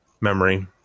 memory